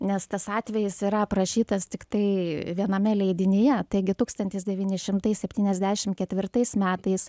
nes tas atvejis yra aprašytas tiktai viename leidinyje taigi tūkstantis devyni šimtai septyniasdešimt ketvirtais metais